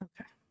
Okay